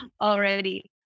already